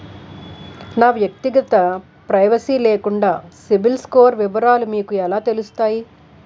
నా వ్యక్తిగత ప్రైవసీ లేకుండా సిబిల్ స్కోర్ వివరాలు మీకు ఎలా తెలుస్తాయి?